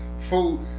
food